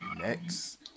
Next